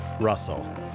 Russell